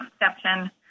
exception